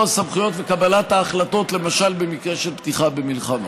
הסמכויות וקבלת ההחלטות למשל במקרה של פתיחה במלחמה.